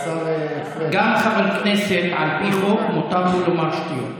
גם חבר כנסת, על פי חוק, מותר לו לומר שטויות.